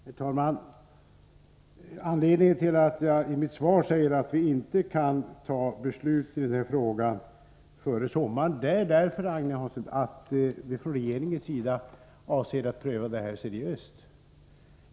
Herr talman! Anledningen till att jag i mitt svar säger att vi inte kan ta beslut i den här frågan före sommaren är att vi från regeringens sida avser att pröva frågan seriöst.